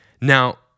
Now